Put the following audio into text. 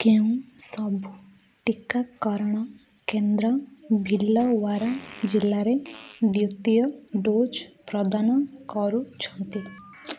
କେଉଁ ସବୁ ଟିକାକରଣ କେନ୍ଦ୍ର ଭୀଲୱାରା ଜିଲ୍ଲାରେ ଦ୍ୱିତୀୟ ଡ଼ୋଜ୍ ପ୍ରଦାନ କରୁଛନ୍ତି